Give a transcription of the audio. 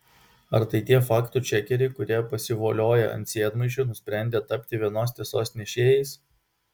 ar tai tie faktų čekeriai kurie pasivolioję ant sėdmaišių nusprendė tapti vienos tiesos nešėjais